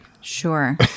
Sure